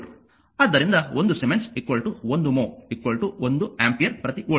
ಆದ್ದರಿಂದ 1 siemens 1 mho 1 ampere ಪ್ರತಿ volt